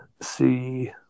see